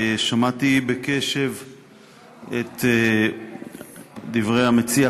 שמעתי בקשב את דברי המציע,